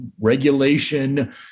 regulation